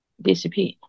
disappear